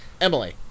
Emily